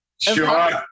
Sure